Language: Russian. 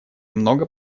много